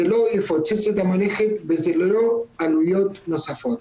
זה לא יפוצץ את המערכת וזה לא עלויות נוספות.